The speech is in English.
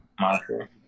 monster